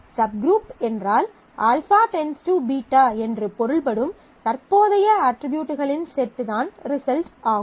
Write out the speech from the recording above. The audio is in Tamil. சப்குரூப் என்றால் α → β என்று பொருள்படும் தற்போதைய அட்ரிபியூட்களின் செட் தான் ரிசல்ட் ஆகும்